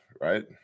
right